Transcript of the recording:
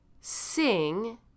sing